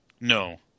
No